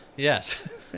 Yes